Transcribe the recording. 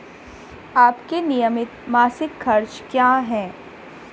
आपके नियमित मासिक खर्च क्या हैं?